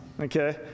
okay